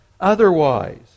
otherwise